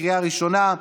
לקריאה ראשונה.